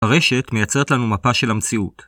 הרשת מייצרת לנו מפה של המציאות.